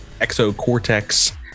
exocortex